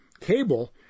Cable